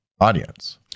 audience